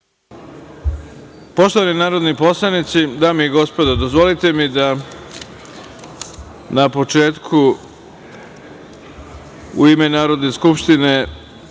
Poštovani narodni poslanici, dame i gospodo, dozvolite mi da na početku, u ime Narodne skupštine,